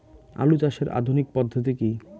আলু চাষের আধুনিক পদ্ধতি কি?